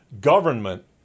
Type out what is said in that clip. government